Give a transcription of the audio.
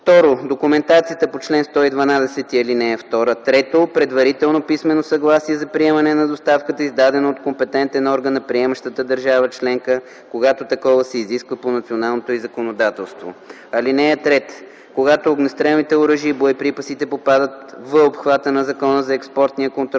2. документацията по чл. 112, ал. 2; 3. предварително писмено съгласие за приемане на доставката, издадено от компетентен орган на приемащата държава членка, когато такова се изисква по националното й законодателство. (3) Когато огнестрелните оръжия и боеприпасите попадат в обхвата на Закона за експортния контрол